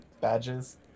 badges